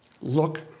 Look